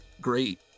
great